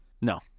no